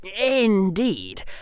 Indeed